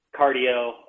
cardio